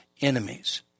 enemies